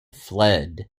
fled